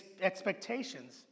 expectations